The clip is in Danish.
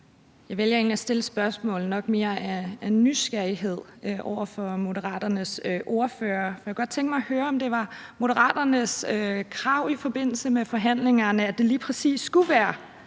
og det er egentlig nok mere af nysgerrighed end noget andet. Jeg kunne godt tænke mig at høre, om det var Moderaternes krav i forbindelse med forhandlingerne, at det lige præcis skulle være